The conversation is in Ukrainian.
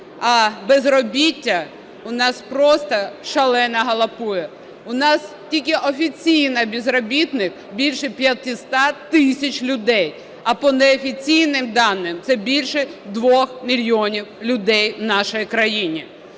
а безробіття у нас просто шалено галопує. У нас тільки офіційно безробітних більше 500 тисяч людей. А по неофіційним даним це більше 2 мільйонів людей в нашій країні.